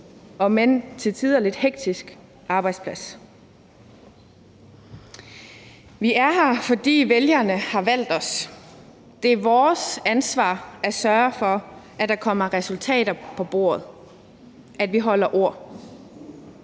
omend til tider lidt hektisk arbejdsplads. Vi er her, fordi vælgerne har valgt os. Det er vores ansvar at sørge for, at der kommer resultater på bordet, at vi holder ord.